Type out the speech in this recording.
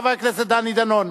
חבר הכנסת דני דנון.